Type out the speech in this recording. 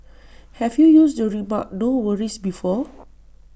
have you used the remark no worries before